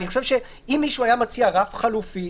אני חושב שאם מישהו היה מציע רף חלופי,